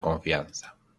confianza